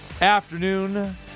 afternoon